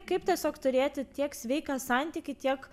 kaip tiesiog turėti tiek sveiką santykį tiek